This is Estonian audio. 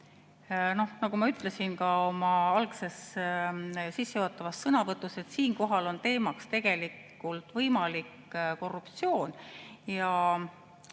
Aga nagu ma ütlesin ka oma algses sissejuhatavas sõnavõtus, siinkohal on teemaks tegelikult võimalik korruptsioon.